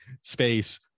space